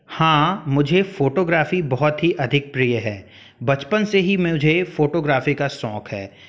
हाँ मुझे फोटोग्राफी बहुत ही अधिक प्रिय है बचपन से ही मुझे फोटाग्राफी का शौक है